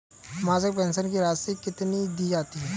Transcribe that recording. मासिक पेंशन की राशि कितनी दी जाती है?